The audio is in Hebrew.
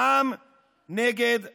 העם נגד הממשלה.